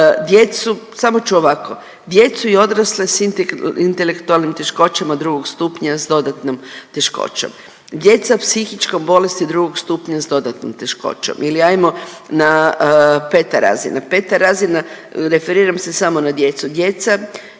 djecu samo ću ovako, djecu i odrasle s intelektualnim teškoćama drugog stupnja s dodatnom teškoćom, djeca psihičko bolesni drugog stupnja s dodatnom teškoćom ili ajmo na peta razina, peta razina referiram se samo na djecu, djeca